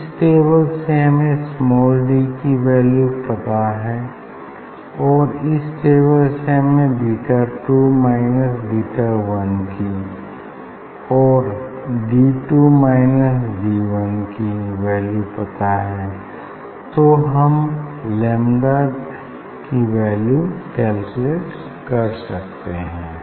इस टेबल से हमें स्माल डी की वैल्यू पता है और इस टेबल से हमें beta two minus beta one और D two minus D one की वैल्यू पता है तो हम लैम्डा की वैल्यू कैलकुलेट कर सकते हैं